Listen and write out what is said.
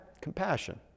compassion